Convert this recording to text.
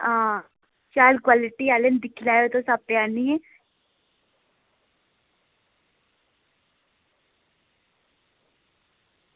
शैल क्वालिटी आह्ले न तुस दिक्खी लैयो आपूं आह्नियै